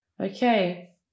Okay